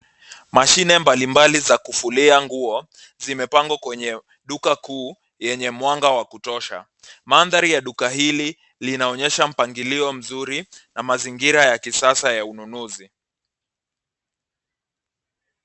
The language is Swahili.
Mashini mbalimbali za kufulia nguo zimepangwa kwenye duka kuu yenye mwanga wa kutosha, mandhari ya duka hili linaonyesha mpangilio mzuri na mazingira ya kisasa ya ununuzi.